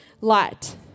light